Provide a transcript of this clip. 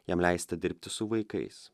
jam leista dirbti su vaikais